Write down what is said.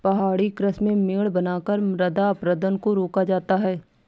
पहाड़ी कृषि में मेड़ बनाकर मृदा अपरदन को रोका जाता है